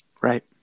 Right